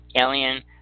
alien